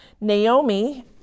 Naomi